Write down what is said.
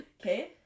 Okay